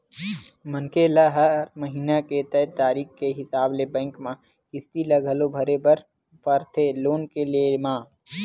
मनखे ल हर महिना के तय तारीख के हिसाब ले बेंक म किस्ती ल घलो भरे बर परथे लोन के लेय म